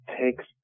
takes